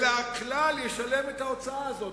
אלא הכלל ישלם את ההוצאה הזאת.